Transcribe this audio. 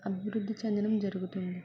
అభివృద్ధి చెందడం జరుగుతుంది